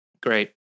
great